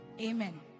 Amen